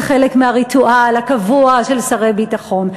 זה חלק מהריטואל הקבוע של שרי ביטחון.